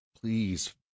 Please